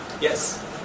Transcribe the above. Yes